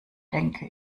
denke